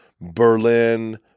Berlin